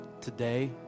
Today